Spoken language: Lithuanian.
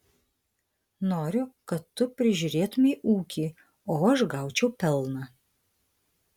noriu kad tu prižiūrėtumei ūkį o aš gaučiau pelną